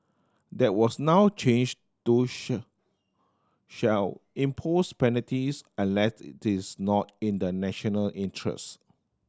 that was now changed to shall impose penalties unless it is not in the national interest